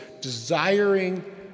desiring